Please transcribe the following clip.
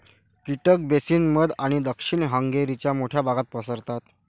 कीटक बेसिन मध्य आणि दक्षिण हंगेरीच्या मोठ्या भागात पसरतात